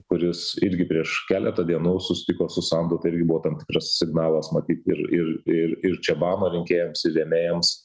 kuris irgi prieš keletą dienų susitiko su sandu tai irgi buvo tam tikras signalas matyt ir ir ir ir čebano rinkėjams ir rėmėjams